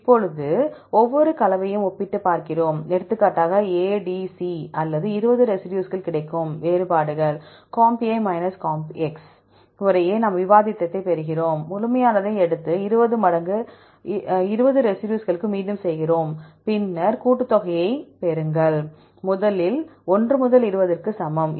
இப்போது ஒவ்வொரு கலவையையும் ஒப்பிட்டுப் பார்க்கிறோம் எடுத்துக்காட்டாக A D C அல்லது 20 ரெசிடியூஸ்கள் கிடைக்கும் வேறுபாடுகள் comp comp முறையே நாம் வித்தியாசத்தைப் பெறுகிறோம் முழுமையானதை எடுத்து 20 மடங்கு 20 ரெசிடியூஸ்களுக்கு மீண்டும் செய்கிறோம் பின்னர் கூட்டுத்தொகையைப் பெறுங்கள் 1 முதல் 20 க்கு சமம்